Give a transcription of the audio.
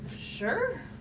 sure